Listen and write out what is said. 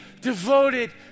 devoted